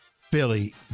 Philly